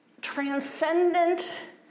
transcendent